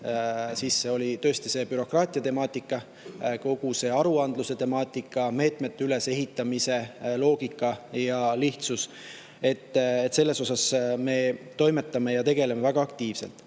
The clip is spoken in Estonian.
sisse, oli tõesti see bürokraatia temaatika, kogu aruandluse temaatika, meetmete ülesehitamise loogika ja lihtsus. Selles osas me toimetame ja tegeleme sellega väga aktiivselt. Nüüd